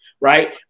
right